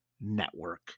Network